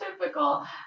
Typical